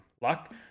luck